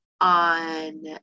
on